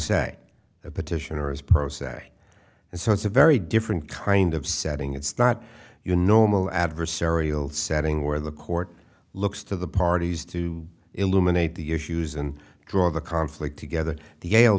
the petitioner is pro se and so it's a very different kind of setting it's not your normal adversarial setting where the court looks to the parties to eliminate the issues and draw the conflict together the